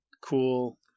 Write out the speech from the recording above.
cool